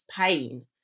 pain